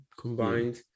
combined